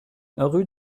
rue